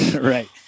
Right